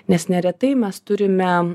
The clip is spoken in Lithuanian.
nes neretai mes turime